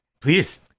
please